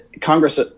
Congress